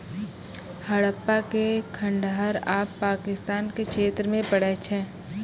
हड़प्पा के खंडहर आब पाकिस्तान के क्षेत्र मे पड़ै छै